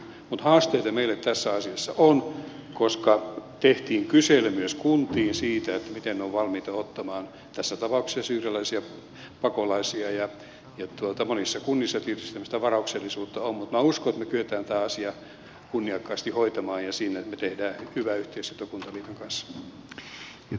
mutta haasteita meillä tässä asiassa on koska tehtiin kysely myös kuntiin siitä miten ne ovat valmiita ottamaan tässä tapauksessa syyrialaisia pakolaisia ja monissa kunnissa tietysti semmoista varauksellisuutta on mutta minä uskon että me kykenemme tämän asian kunniakkaasti hoitamaan ja siihen että me teemme hyvää yhteistyötä kuntaliiton kanssa